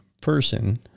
person